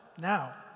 now